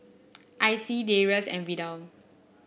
Icey Darius and Vidal